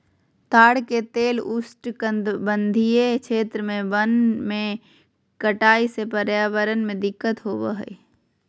ताड़ के तेल उष्णकटिबंधीय क्षेत्र में वन के कटाई से पर्यावरण में दिक्कत होबा हइ